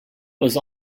was